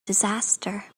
disaster